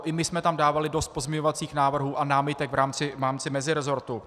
I my jsme tam dávali dost pozměňovacích návrhů a námitek v rámci meziresortu.